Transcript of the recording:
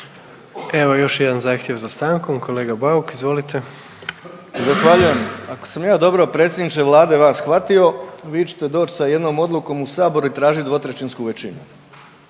Evo još jedan zahtjev za stankom, kolega Bauk izvolite. **Bauk, Arsen (SDP)** Zahvaljujem. Ako sam ja dobro predsjedniče vlade vas shvatio, vi ćete doć sa jednom odlukom u sabor i tražit dvotrećinsku većinu,